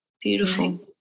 Beautiful